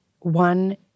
One